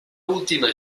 última